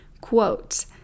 quote